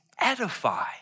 edify